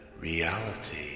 reality